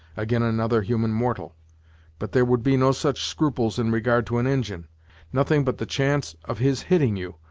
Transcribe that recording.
ag'in another human mortal but there would be no such scruples in regard to an injin nothing but the chance of his hitting you,